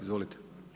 Izvolite.